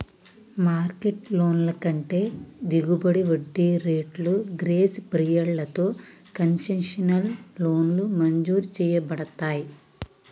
market లోన్ల కంటే దిగువ వడ్డీ రేట్లు, గ్రేస్ పీరియడ్లతో కన్సెషనల్ లోన్లు మంజూరు చేయబడతయ్